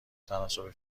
تناسب